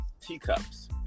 teacups